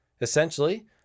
Essentially